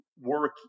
work